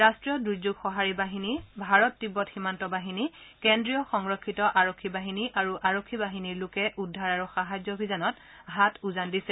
ৰাষ্ট্ৰীয় দুৰ্য্যোগ সঁহাৰি বাহিনী ভাৰত তিববত সীমান্ত বাহিনী কেন্দ্ৰীয় সংৰক্ষিত আৰক্ষী বাহিনী আৰু আৰক্ষী বাহিনীৰ লোকে উদ্ধাৰ আৰু সাহায্য অভিযানত হাত উজান দিছে